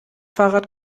fahrrad